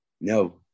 No